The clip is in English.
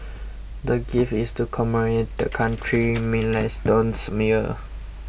the gift is to commemorate the country's milestones year